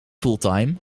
fulltime